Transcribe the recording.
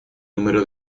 número